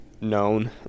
known